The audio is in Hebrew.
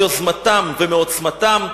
מיוזמתם ומעוצמתם,